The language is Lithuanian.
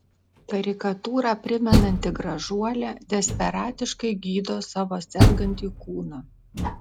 karikatūrą primenanti gražuolė desperatiškai gydo savo sergantį kūną